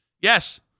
Yes